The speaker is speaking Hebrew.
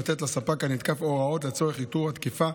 לתת לספק הנתקף הוראות לצורך איתור התקיפה,